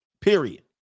Period